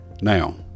Now